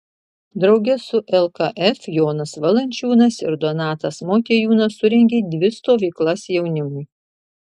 drauge su lkf jonas valančiūnas ir donatas motiejūnas surengė dvi stovyklas jaunimui